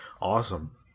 awesome